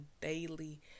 daily